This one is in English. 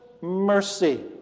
mercy